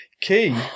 Key